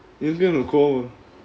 எங்க ஏன் கோவம்:enga yaen kovam